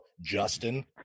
Justin